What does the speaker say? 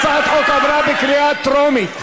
משפט אחרון.